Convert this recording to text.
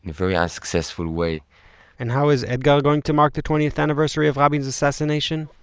very unsuccessful way and how is etgar going to mark the twentieth anniversary of rabin's assassination?